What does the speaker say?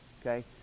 Okay